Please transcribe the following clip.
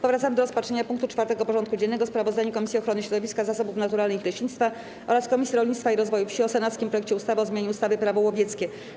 Powracamy do rozpatrzenia punktu 4. porządku dziennego: Sprawozdanie Komisji Ochrony Środowiska, Zasobów Naturalnych i Leśnictwa oraz Komisji Rolnictwa i Rozwoju Wsi o senackim projekcie ustawy o zmianie ustawy - Prawo łowieckie.